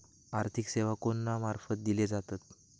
आर्थिक सेवा कोणा मार्फत दिले जातत?